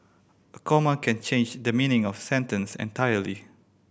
a comma can change the meaning of sentence entirely